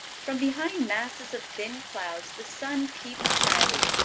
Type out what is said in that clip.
from behind masses of thin clouds the sun peeped shyly,